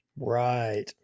right